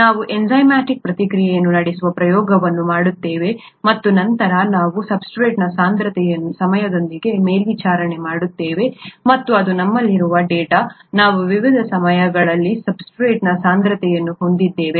ನಾವು ಎಂಜೈಮ್ಯಾಟಿಕ್ ಪ್ರತಿಕ್ರಿಯೆಯನ್ನು ನಡೆಸುವ ಪ್ರಯೋಗವನ್ನು ಮಾಡುತ್ತೇವೆ ಮತ್ತು ನಂತರ ನಾವು ಸಬ್ಸ್ಟ್ರೇಟ್ನ ಸಾಂದ್ರತೆಯನ್ನು ಸಮಯದೊಂದಿಗೆ ಮೇಲ್ವಿಚಾರಣೆ ಮಾಡುತ್ತೇವೆ ಮತ್ತು ಅದು ನಮ್ಮಲ್ಲಿರುವ ಡೇಟಾ ನಾವು ವಿವಿಧ ಸಮಯಗಳಲ್ಲಿ ಸಬ್ಸ್ಟ್ರೇಟ್ನ ಸಾಂದ್ರತೆಯನ್ನು ಹೊಂದಿದ್ದೇವೆ